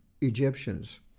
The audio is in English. Egyptians